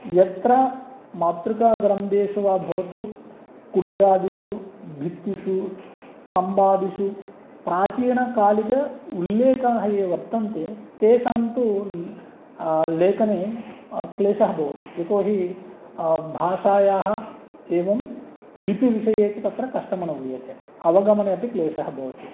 यत्र मातृका ग्रन्थेषु वा भवतु कुड्यादिषु भित्तिषु स्तम्भादिषु प्राचीनकालिक उल्लेखाः ये वर्तन्ते तेषां तु लेखने क्लेशः भवति यतोहि भाषायाः एवं लिपिविषये च तत्र कष्टम् अनुभूयते अवगमने अपि क्लेशः भवति